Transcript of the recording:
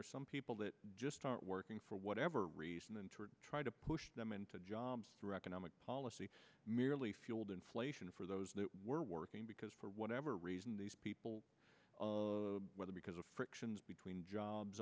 are some people that just aren't working for whatever reason and to try to push them into jobs direct anomic policy merely fueled inflation for those that were working because for whatever reason these people whether because of frictions between jobs